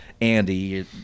Andy